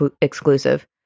exclusive